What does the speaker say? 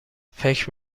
فکر